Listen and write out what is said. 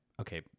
okay